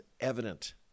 evident